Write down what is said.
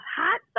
hot